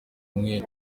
umwere